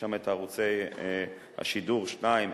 יש שם ערוצי השידור 2,